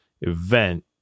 event